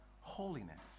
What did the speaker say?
holiness